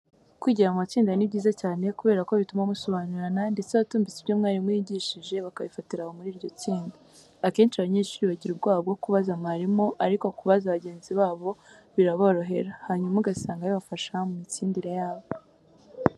Kwigira mu matsinda ni byiza cyane kubera ko bituma musobanurirana ndetse abatumvise ibyo mwarimu yigishije bakabifatira aho muri iryo tsinda. Akenshi abanyeshuri bagira ubwoba bwo kubaza mwarimu ariko kubaza bagenzi babo biraborohera, hanyuma ugasanga bibafasha mu mitsindire yabo.